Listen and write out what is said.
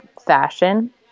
fashion